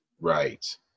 Right